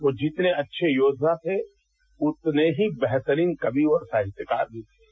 वो जितने अच्छे योद्धा थे उतने ही बेहतरीन कवि और साहित्यकार भी थे